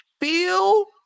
feel